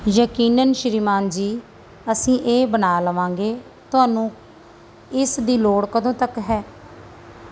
ਯਕੀਨਨ ਸ਼੍ਰੀਮਾਨ ਜੀ ਅਸੀਂ ਇਹ ਬਣਾ ਲਵਾਂਗੇ ਤੁਹਾਨੂੰ ਇਸ ਦੀ ਲੋੜ ਕਦੋਂ ਤੱਕ ਹੈ